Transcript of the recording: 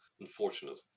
unfortunate